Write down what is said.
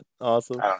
awesome